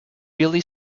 really